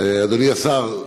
אדוני השר,